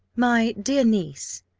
my dear niece,